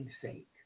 sake